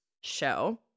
show